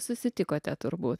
susitikote turbūt